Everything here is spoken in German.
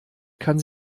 kann